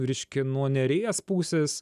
reiškia nuo neries pusės